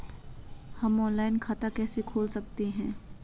हम ऑनलाइन खाता कैसे खोल सकते हैं?